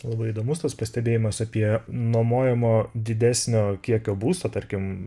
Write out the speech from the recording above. labai įdomus tas pastebėjimas apie nuomojamo didesnio kiekio būstą tarkim